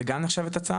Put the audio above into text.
זה גם נחשבת הצעה?